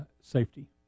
safety